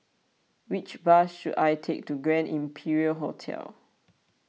which bus should I take to Grand Imperial Hotel